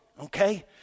Okay